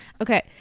Okay